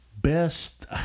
best